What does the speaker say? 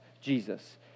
Jesus